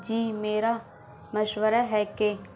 جی میرا مشورہ ہے کہ